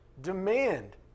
demand